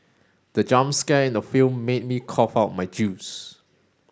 the jump scare in the film made me cough out my juice